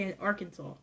Arkansas